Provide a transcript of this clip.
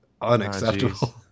unacceptable